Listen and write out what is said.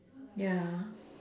ya